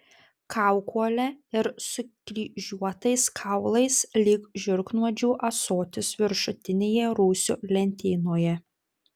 kaukole ir sukryžiuotais kaulais lyg žiurknuodžių ąsotis viršutinėje rūsio lentynoje